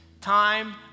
time